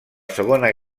segona